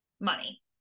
money